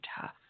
tough